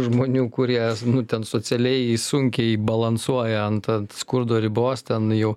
žmonių kurie nu ten socialiai sunkiai balansuoja ant ant skurdo ribos ten jau